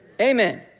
Amen